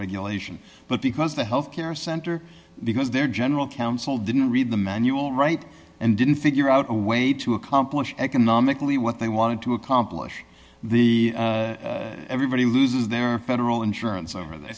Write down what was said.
regulation but because the health care center because their general counsel didn't read the manual right and didn't figure out a way to accomplish economically what they wanted to accomplish the everybody loses their federal insurance over the